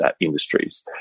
industries